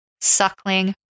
suckling